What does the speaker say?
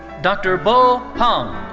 dr. bo pang.